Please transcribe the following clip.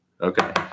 okay